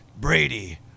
Brady